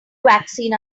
vaccine